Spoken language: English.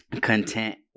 content